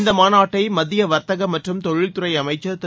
இந்த மாநாட்டை மத்திய வர்த்தகம் மற்றும் தொழில் துறை அமைச்சர் திரு